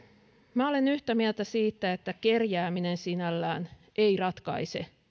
minä olen yhtä mieltä siitä että kerjääminen sinällään ei ratkaise